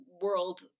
world